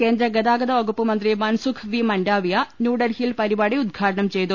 കേന്ദ്ര ഗതാഗത വകുപ്പ് മന്ത്രി മൻസുഖ് വി മൻഡാവിയ ന്യൂഡൽഹിയിൽ പരിപാടി ഉദ്ഘാടനം ചെയ്തു